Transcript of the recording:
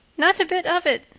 not a bit of it.